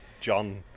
john